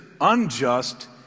unjust